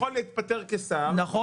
הוא יכול להתפטר כשר,